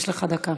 יש לך דקה.